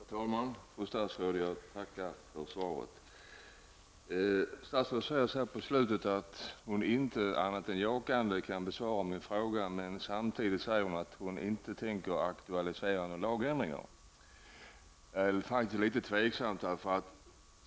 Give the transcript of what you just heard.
Herr talman! Fru statsråd! Jag tackar för svaret. Statsrådet säger i slutet av svaret att hon inte kan besvara min fråga annat än jakande. Men ministern säger att hon inte tänker aktualisera några lagändringar. Detta är faktiskt litet tveksamt.